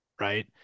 Right